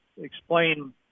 explain